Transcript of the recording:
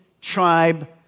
tribe